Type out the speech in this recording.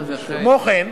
כמו כן,